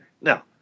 Now